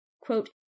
quote